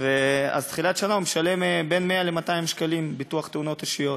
אז בתחילת השנה הוא משלם בין 100 ל-200 שקלים לביטוח תאונות אישיות,